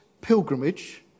pilgrimage